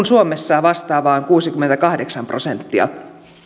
suomessa vastaava on kuusikymmentäkahdeksan prosenttia